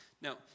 Now